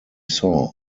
saw